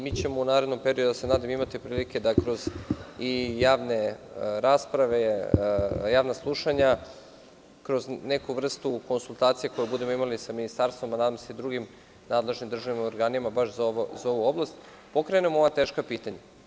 Nadam se da ćemo u narednom periodu imati prilike da kroz javne rasprave, javna slušanja, kroz neku vrstu konsultacija koje budemo imali sa Ministarstvom, a nadam se i drugim nadležnim državnim organima baš za ovu oblast, pokrenemo ova teška pitanja.